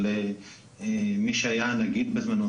של מי שהיה הנגיד בזמנו,